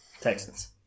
Texans